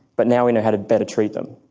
but now we know how to better treat them.